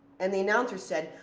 and the announcer said,